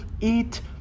Eat